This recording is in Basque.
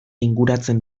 inguratzen